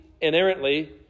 inherently